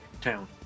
town